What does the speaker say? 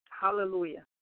Hallelujah